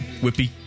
Whippy